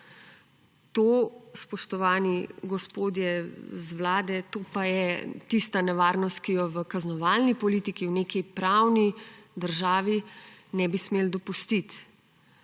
to, spoštovani gospodje z Vlade, to pa je tista nevarnost, ki jo v kaznovalni politiki, v neki pravni državi ne bi smeli dopustiti.